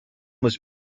was